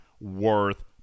worth